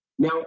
Now